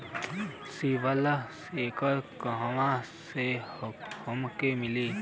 CIBIL score कहाँसे हमके मिली?